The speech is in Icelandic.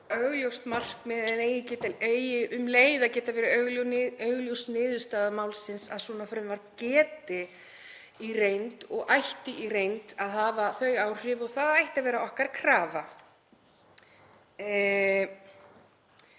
að það eigi um leið að geta verið augljós niðurstaða málsins, að svona frumvarp geti í reynd og ætti í reynd að hafa þau áhrif. Og það ætti að vera okkar krafa.